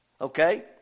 Okay